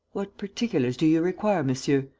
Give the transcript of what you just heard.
what particulars do you require, monsieur?